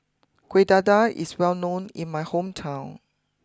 Kuih Dadar is well known in my hometown